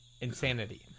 insanity